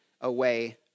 away